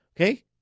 Okay